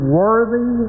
worthy